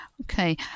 Okay